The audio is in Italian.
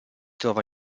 trova